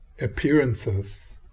appearances